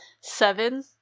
Seven